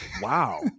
wow